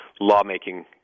lawmaking